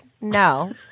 no